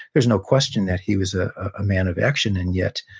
there's no question that he was a ah man of action. and yet,